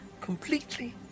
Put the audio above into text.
Completely